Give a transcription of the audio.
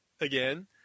again